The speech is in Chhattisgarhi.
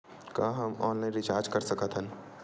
का हम ऑनलाइन रिचार्ज कर सकत हन?